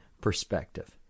perspective